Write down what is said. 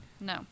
No